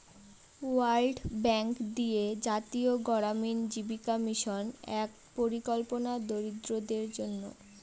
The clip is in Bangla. ওয়ার্ল্ড ব্যাঙ্ক দিয়ে জাতীয় গড়ামিন জীবিকা মিশন এক পরিকল্পনা দরিদ্রদের জন্য